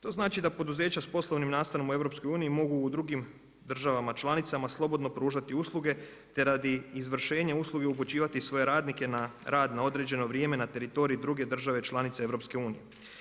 To znači da poduzeća s poslovnim nastanom u EU, mogu u drugim državama članica, slobodno pružati usluge, te radi izvršenja usluge, upućivati svoje radnike na rad na određeno vrijeme na teritorij druge države članice EU.